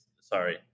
Sorry